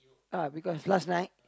uh because last night